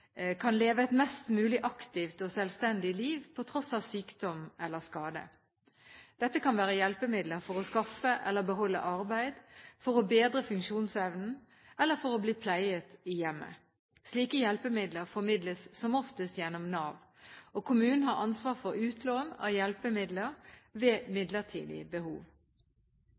kan leve et mest mulig aktivt og selvstendig liv på tross av sykdom eller skade. Dette kan være hjelpemidler for å skaffe eller beholde arbeid, for å bedre funksjonsevnen, eller for å bli pleiet i hjemmet. Slike hjelpemidler formidles som oftest gjennom Nav. Kommunen har ansvar for utlån av hjelpmidler ved midlertidig behov.